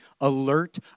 alert